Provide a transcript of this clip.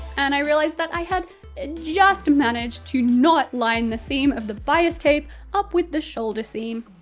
and i realised that i had ah just managed to not line the seam of the bias tape up with the shoulder seam.